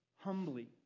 humbly